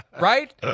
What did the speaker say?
Right